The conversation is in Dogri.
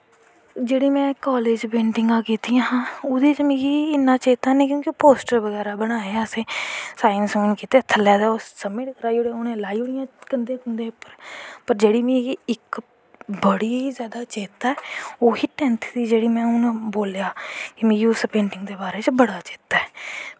जेह्ड़ी में कालेज़ पेंटिंग कीती ही ओह्दे ते मिगी इन्नां चेत्ता नेंई पोस्टर सोस्टेर बनाए दे हे असैं साईन बगैरा कीते थल्लै ते सबमिट कराई ओड़ियां ते उनैं लाई ओड़ियां कंदैं पर जेह्ड़ी में इक जेह्की मिगी बड़ी जादा चेत्त जेह्की में हून बोली मिगी उस पेंटिंग दे बारे च बड़ा चेत्ता ऐ